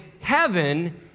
heaven